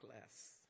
less